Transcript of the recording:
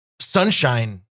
sunshine